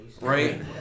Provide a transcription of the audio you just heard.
Right